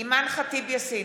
אימאן ח'טיב יאסין,